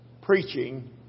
preaching